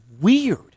weird